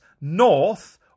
north